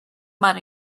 mud